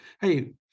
Hey